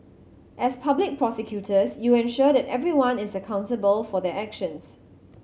as public prosecutors you ensure that everyone is accountable for their actions